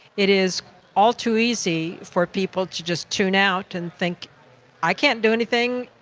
it is all too easy for people to just tune out and think i can't do anything,